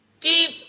Deep